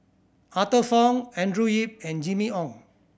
Arthur Fong Andrew Yip and Jimmy Ong